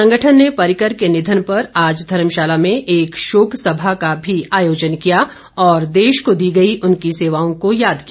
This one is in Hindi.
संगठन ने पर्रिकर के निधन पर आज धर्मशाला में एक शोकसभा का भी आयोजन किया और देश को दी गई उनकी सेवाओं को याद किया